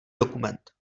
dokument